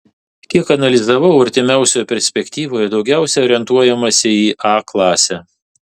kiek analizavau artimiausioje perspektyvoje daugiausiai orientuojamasi į a klasę